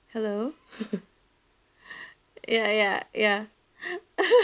hello ya ya ya